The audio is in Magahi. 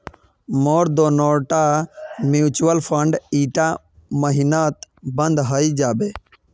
मोर दोनोटा म्यूचुअल फंड ईटा महिनात बंद हइ जाबे